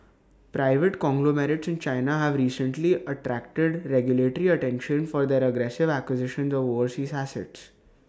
private conglomerates in China have recently attracted regulatory attention for their aggressive acquisitions of overseas assets